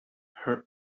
her